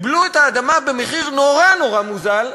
קיבלו את האדמה במחיר נורא נורא מוזל.